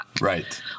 Right